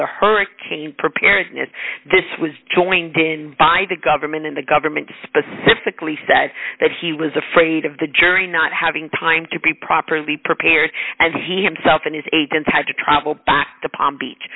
the hurricane preparedness this was joined in by the government and the government specifically said that he was afraid of the jury not having time to be properly prepared and he himself and his aides had to travel back to palm beach